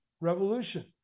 revolution